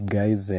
guys